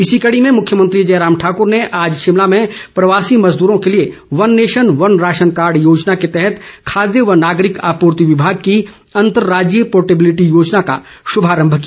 इसी कड़ी में मुख्यमंत्री जयराम ठाकर ने आज शिमला में प्रवासी मजदूरो के लिए वन नेशन वन राशनकार्ड योजना के तहत खाद्य व नागरिक ऑपूर्ति विभाग की अंतरराज्जीय पोर्टेबिलिटी योजना का शुभारम्भ किया